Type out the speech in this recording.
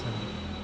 सब